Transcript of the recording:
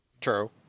True